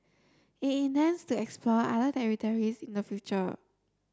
it intends to explore other territories in the future